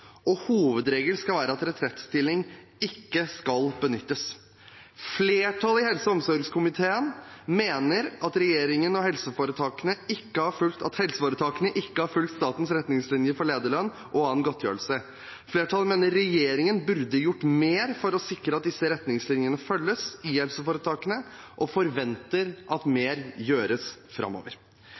og hovedregelen skal være at retrettstilling ikke skal benyttes. Flertallet i helse- og omsorgskomiteen mener at helseforetakene ikke har fulgt statens retningslinjer for lederlønn og annen godtgjørelse. Flertallet mener regjeringen burde gjort mer for å sikre at disse retningslinjene følges i helseforetakene, og forventer at mer gjøres framover.